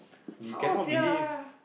you cannot believe